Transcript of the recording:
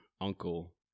uncle